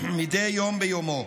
מדי יום ביומו.